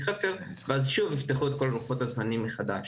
חפר ואז ייפתחו שוב את כל לוחות הזמנים מחדש.